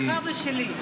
שלך ושלי.